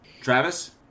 Travis